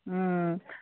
ওম